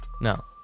No